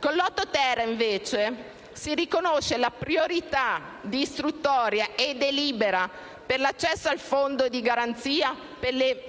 Con l'8-*ter* invece si riconosce la priorità di istruttoria e delibera per l'accesso al Fondo di garanzia, per le